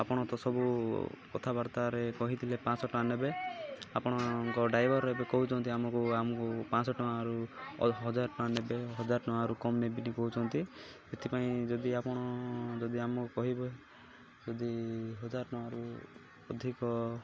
ଆପଣ ତ ସବୁ କଥାବାର୍ତ୍ତାରେ କହିଥିଲେ ପାଞ୍ଚଶହ ଟଙ୍କା ନେବେ ଆପଣଙ୍କ ଡ୍ରାଇଭର ଏବେ କହୁଛନ୍ତି ଆମକୁ ଆମକୁ ପାଞ୍ଚଶହ ଟଙ୍କାରୁ ହଜାର ଟଙ୍କା ନେବେ ହଜାର ଟଙ୍କାରୁ କମ୍ ନେବିନି କହୁଛନ୍ତି ସେଥିପାଇଁ ଯଦି ଆପଣ ଯଦି ଆମକୁ କହିବେ ଯଦି ହଜାର ଟଙ୍କାରୁ ଅଧିକ